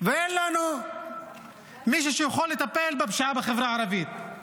ואין לנו מי שיכול לטפל בפשיעה בחברה הערבית.